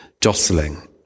jostling